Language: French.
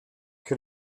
que